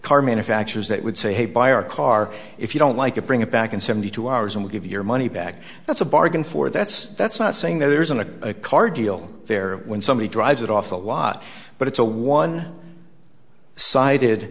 car manufacturers that would say hey buy our car if you don't like it bring it back in seventy two hours and give your money back that's a bargain for that's that's not saying that there isn't a car deal there when somebody drives it off the lot but it's a one sided